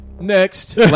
Next